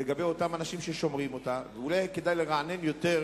לגבי אותם אנשים ששומרים אותה לא מספיק גדולה,